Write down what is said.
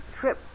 trip